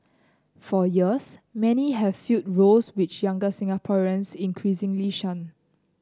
for years many have filled roles which younger Singaporeans increasingly shun